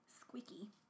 Squeaky